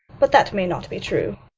but that may not be true.